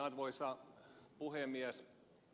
arvoisa puhemies